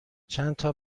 چندتا